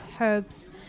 herbs